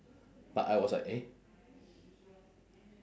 but I was like eh